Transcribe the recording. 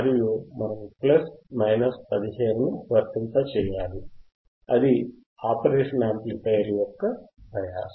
మరియు మనము plus minus 15 ను వర్తింపజేయాలి అది ఆపరేషనల్ యాంప్లిఫైయర్ యొక్క బయాస్